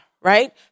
right